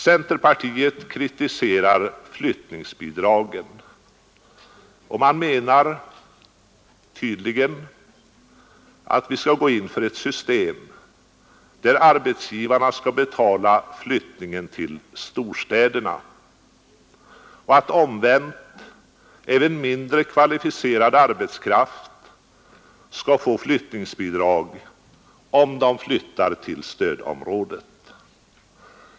Centerpartiet kritiserar också flyttningsbidragen och menar tydligen att vi skall gå in för ett system där arbetsgivarna skall betala flyttningen till storstäderna och att omvänt även mindre högt kvalificerad arbetskraft skall få flyttningsbidrag, om den flyttar till stödområdet.